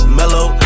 mellow